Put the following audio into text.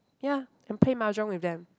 ya and play mahjong with them